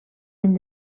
any